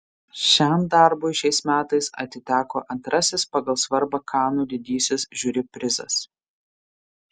šiam darbui šiais metais atiteko antrasis pagal svarbą kanų didysis žiuri prizas